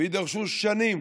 ויידרשו שנים.